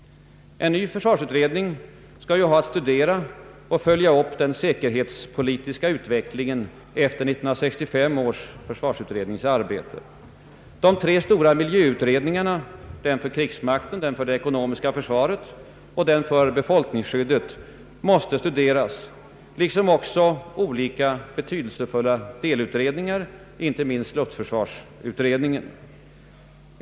En ny försvarsutredning skall ha att studera och följa upp den säkerhetspolitiska utvecklingen efter 1965 års försvarsutrednings arbete. De tre stora miljöutredningarna, den för krigsmakten, den för det ekonomiska försvaret och den för befolkningsskyddet, måste stu deras liksom också olika betydelsefulla delutredningar, inte minst luftförsvarsutredningen.